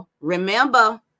remember